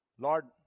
Lord